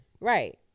Right